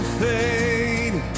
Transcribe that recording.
fade